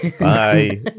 Bye